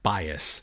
Bias